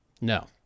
No